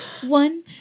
One